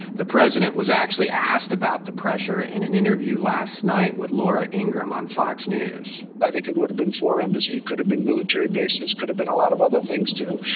the president was actually asked about the pressure in an interview last night with laura ingraham on fox news i think it would have been four embassies, could have been military bases, could have been a lot of other things too.